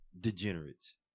degenerates